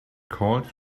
called